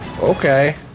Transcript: Okay